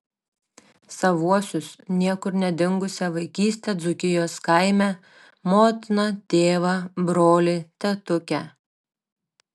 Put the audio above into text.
savuosius niekur nedingusią vaikystę dzūkijos kaime motiną tėvą brolį tetukę